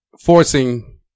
forcing